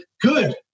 Good